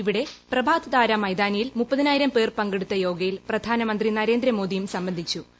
ഇവിടെ പ്രഭാത് താര മൈതാനിയിൽ മുപ്പതിനായിരം പേർ പങ്കെടുക്കുന്ന യോഗയിൽ പ്രധാനമന്ത്രി നരേന്ദ്രമോദിയും സംബന്ധിക്കുന്നു